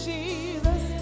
Jesus